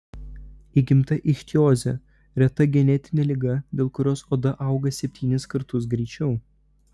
įgimta ichtiozė reta genetinė liga dėl kurios oda auga septynis kartus greičiau